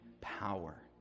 power